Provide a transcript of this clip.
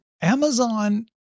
Amazon